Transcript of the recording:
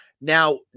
Now